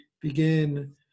begin